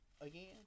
again